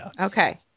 Okay